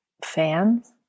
fans